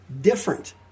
different